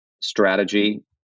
strategy